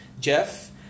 Jeff